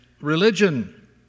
religion